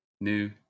new